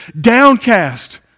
downcast